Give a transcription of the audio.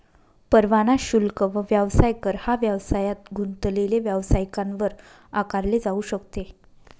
परवाना शुल्क व व्यवसाय कर हा व्यवसायात गुंतलेले व्यावसायिकांवर आकारले जाऊ शकते